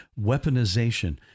weaponization